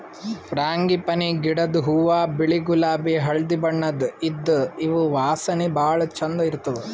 frangipani ಗಿಡದ್ ಹೂವಾ ಬಿಳಿ ಗುಲಾಬಿ ಹಳ್ದಿ ಬಣ್ಣದ್ ಇದ್ದ್ ಇವ್ ವಾಸನಿ ಭಾಳ್ ಛಂದ್ ಇರ್ತದ್